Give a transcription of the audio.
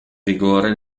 vigore